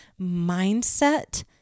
mindset